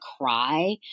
cry